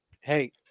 hey